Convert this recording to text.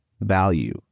value